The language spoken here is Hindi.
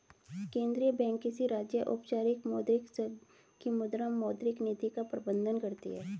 केंद्रीय बैंक किसी राज्य, औपचारिक मौद्रिक संघ की मुद्रा, मौद्रिक नीति का प्रबन्धन करती है